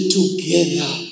together